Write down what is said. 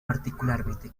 particularmente